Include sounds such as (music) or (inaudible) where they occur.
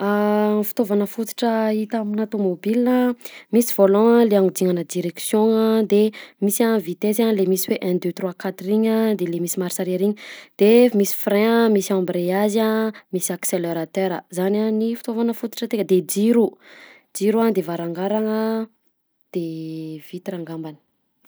(hesitation) Fitaovana fototra hita amina tomobila a misy volant a le anodinana direction -gna a, de misy vitesse a le misy hoe un ,deux, trois, quatre iny a de le misy marche arriere iny de misy frein a, misy embreillage a, misy accelerateur zany a ny fitaovana fototra tena de jiro jiro a de varagarana a de vitre angambany.